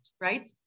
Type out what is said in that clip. right